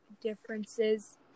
differences